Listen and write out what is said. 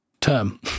term